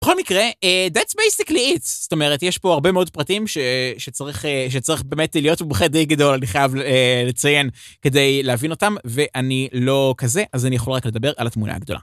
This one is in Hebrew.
בכל מקרה, that's basically it. זאת אומרת, יש פה הרבה מאוד פרטים שצריך באמת להיות מומחה די גדול, אני חייב לציין כדי להבין אותם, ואני לא כזה, אז אני יכול רק לדבר על התמונה הגדולה.